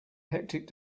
hectic